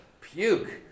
Puke